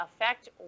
affect